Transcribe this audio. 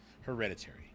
Hereditary